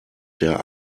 der